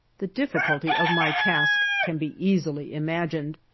the difficulty of my task can be easily imagined,